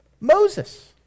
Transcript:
Moses